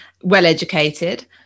well-educated